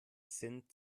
sind